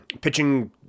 pitching